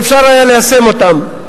ואפשר היה ליישם אותן.